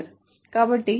కాబట్టి ఇది B